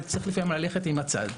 הייתי צריך לפעמים ללכת על הצד.